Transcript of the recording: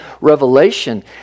Revelation